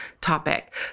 topic